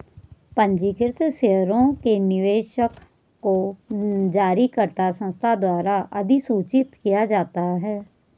पंजीकृत शेयरों के निवेशक को जारीकर्ता संस्था द्वारा अधिसूचित किया जाता है